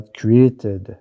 created